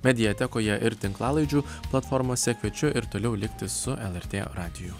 mediatekoje ir tinklalaidžių platformose kviečiu ir toliau likti su lrt radiju